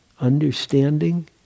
understanding